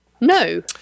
No